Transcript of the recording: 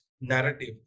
narrative